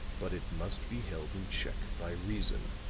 but it must be held in check by reason.